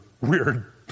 weird